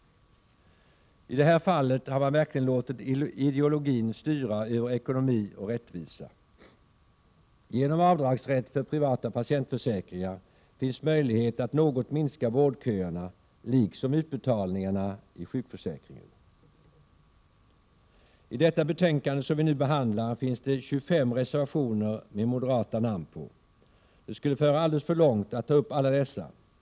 I det här fallet har man verkligen låtit ideologin styra över ekonomi och rättvisa. Genom avdragsrätt för privata patientförsäkringar finns möjlighet att något minska vårdköerna liksom utbetalningarna i sjukförsäkringen. I det betänkande som vi nu behandlar finns 25 reservationer med moderata namn på. Det skulle föra alldeles för långt att ta upp alla dessa.